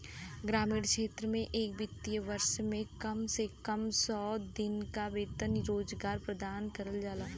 ग्रामीण क्षेत्र में एक वित्तीय वर्ष में कम से कम सौ दिन क वेतन रोजगार प्रदान करल जाला